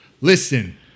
Listen